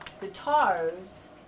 guitars